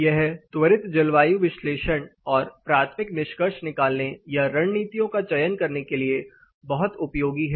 यह त्वरित जलवायु विश्लेषण और प्राथमिक निष्कर्ष निकालने या रणनीतियों का चयन करने के लिए बहुत उपयोगी है